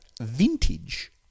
vintage